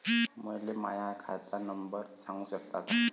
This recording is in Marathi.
मले माह्या खात नंबर सांगु सकता का?